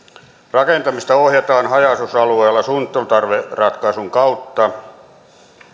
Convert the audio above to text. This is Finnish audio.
rakentamista ohjataan haja asutusalueilla suunnittelutarveratkaisun kautta